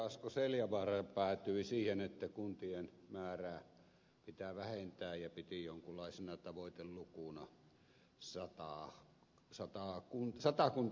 asko seljavaara päätyi siihen että kuntien määrää pitää vähentää ja piti jonkunlaisena tavoitelukuna satakuntaa kuntaa